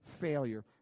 failure